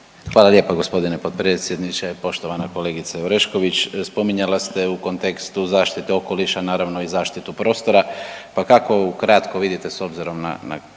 Hvala lijepo g. potpredsjedniče. Poštovana kolegice Orešković, spominjala ste u kontekstu zaštite okoliša naravno i zaštitu prostora pa kako ukratko vidite s obzirom na